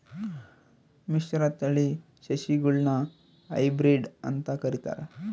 ಮಿಶ್ರತಳಿ ಸಸಿಗುಳ್ನ ಹೈಬ್ರಿಡ್ ಅಂತ ಕರಿತಾರ